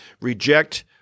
reject